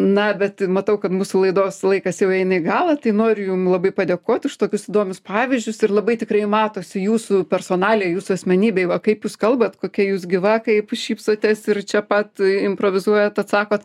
na bet matau kad mūsų laidos laikas jau eina į galą tai noriu jum labai padėkot už tokius įdomius pavyzdžius ir labai tikrai matosi jūsų personaliai jūsų asmenybėj va kaip jūs kalbat kokia jūs gyva kaip šypsotės ir čia pat improvizuojat atsakot